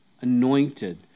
anointed